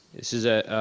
this is a,